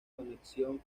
conexión